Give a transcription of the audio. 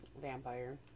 vampire